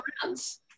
friends